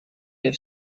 have